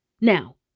Now